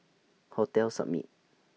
Hotel Summit